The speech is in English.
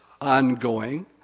ongoing